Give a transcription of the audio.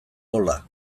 gola